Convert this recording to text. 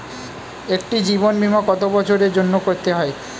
একটি জীবন বীমা কত বছরের জন্য করতে হয়?